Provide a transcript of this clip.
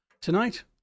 tonight